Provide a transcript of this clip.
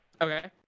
okay